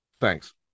Thanks